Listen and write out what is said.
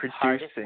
producing